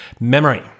memory